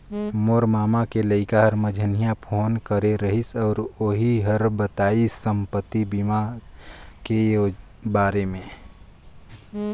मोर ममा के लइका हर मंझिन्हा फोन करे रहिस अउ ओही हर बताइस संपति बीमा के बारे मे